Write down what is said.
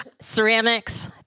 ceramics